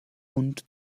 und